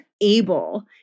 able